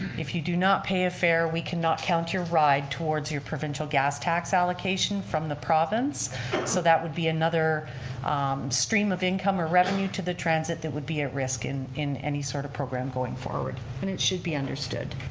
if you do not pay a fare, we cannot count your ride towards your provincial gas tax allocation from the province so that would be another stream of income or revenue to the transit that would be at risk in in any sort of program going forward and it should be understood.